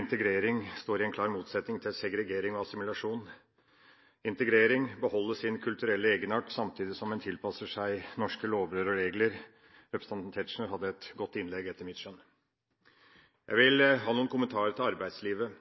Integrering står i en klar motsetning til segregering og assimilasjon. Ved integrering beholdes den kulturelle egenarten, samtidig som man tilpasser seg norske lover og regler. Representanten Tetzschner hadde et godt innlegg, etter mitt skjønn. Jeg har noen